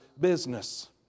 business